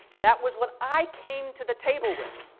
that was what i came to the table with,